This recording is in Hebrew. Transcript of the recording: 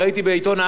חבר הכנסת בן-סימון,